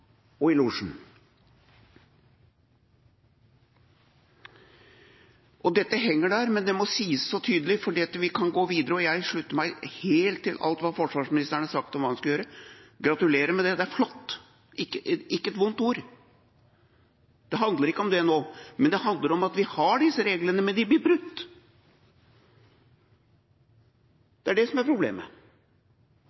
og i losjen. Dette henger der, men det må sies så tydelig for at vi skal kunne gå videre. Jeg slutter meg helt til alt hva forsvarsministeren har sagt om hva hun skal gjøre. Gratulerer med det, det er flott – ikke et vondt ord. Men det handler ikke om det nå. Det handler om at vi har disse reglene, men de blir brutt.